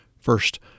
First